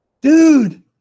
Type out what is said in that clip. Dude